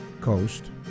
Coast